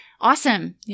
awesome